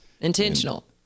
Intentional